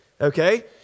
Okay